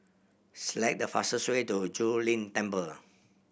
select the fastest way to Zu Lin Temple